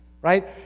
right